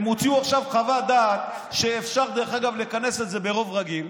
הם הוציאו עכשיו חוות דעת שאפשר לכנס את זה ברוב רגיל.